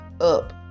up